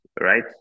right